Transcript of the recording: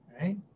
Right